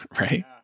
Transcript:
right